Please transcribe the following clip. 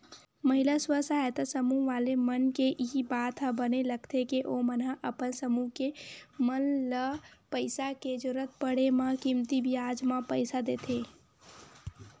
महिला स्व सहायता समूह वाले मन के इही बात ह बने लगथे के ओमन ह अपन समूह के मन ल पइसा के जरुरत पड़े म कमती बियाज म पइसा देथे